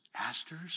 asters